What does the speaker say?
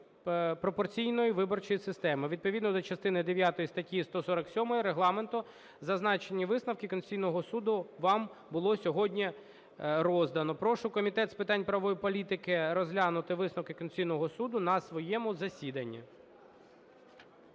пропорційної виборчої системи). Відповідно до частини дев'ятої статті 147 Регламенту зазначені висновки Конституційного Суду вам було сьогодні роздано. Прошу Комітет з питань правової політики розглянути висновки Конституційного Суду на своєму засіданні.